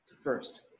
First